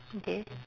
okay